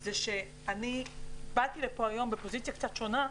זה שאני באתי לפה היום בפוזיציה קצת שונה,